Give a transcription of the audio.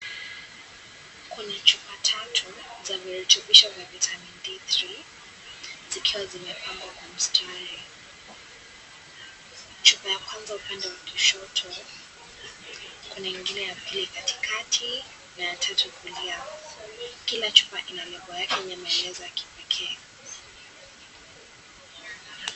Kuna chupa tatu zenye zimechapishwa (cs) vitamin D3 (cs)kwenye zikiwa zimepangwa kwa mstari ,chupa ya kwanza upande wa kushoto kunaingine ya pili katikati na ya tatu kulia kila chupa inamaelezo yakipekee.